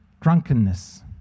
drunkenness